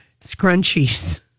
scrunchies